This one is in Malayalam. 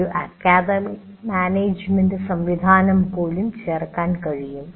ഒരു അക്കാദമിക് മാനേജുമെന്റ് സംവിധാനം പോലും ചേർക്കാൻ കഴിയും